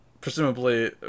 presumably